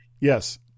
Yes